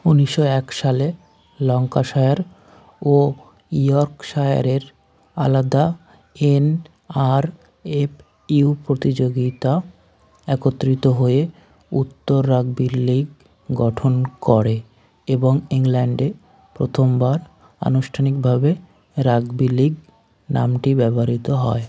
উনিশশো এক সালে ল্যাঙ্কাশার ও ইয়র্কশারের আলাদা এনআরএফইউ প্রতিযোগীরা একত্রিত হয়ে উত্তর রাগবি লিগ গঠন করে এবং ইংল্যান্ডে প্রথমবার আনুষ্ঠানিকভাবে রাগবি লিগ নামটি ব্যবহৃত হয়